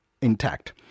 intact